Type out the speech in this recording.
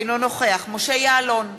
אינו נוכח משה יעלון,